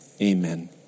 amen